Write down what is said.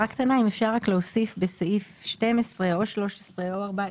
הערה קטנה אם אפשר להוסיף בסעיף 12 או 13 או 14,